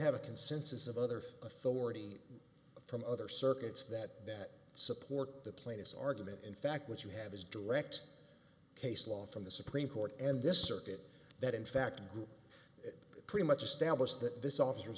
have a consensus of other thord from other circuits that that support the plaintiff's argument in fact what you have is direct case law from the supreme court and this circuit that in fact a group pretty much established that this offers